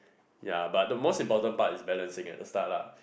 ya but the most important part is balancing at the start lah